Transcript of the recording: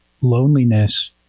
loneliness